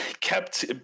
kept